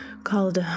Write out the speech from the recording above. called